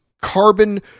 carbon